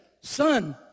son